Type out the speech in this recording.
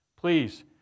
Please